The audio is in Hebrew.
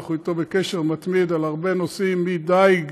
אנחנו איתו בקשר מתמיד על הרבה נושאים, דיג,